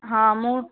ହଁ ମୁଁ